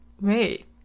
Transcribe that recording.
Wait